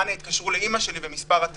אנא התקשרו לאימא שלי" ומס' הטלפון,